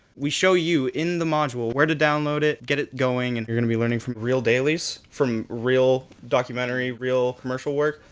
we show you, in the module, where to download it, get it going and you're going to be learning from real dailies from real documentary, real commercial work,